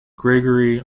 gregory